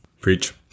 preach